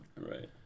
right